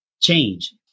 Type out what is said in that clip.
change